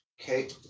okay